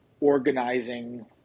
organizing